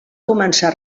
començar